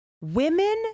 women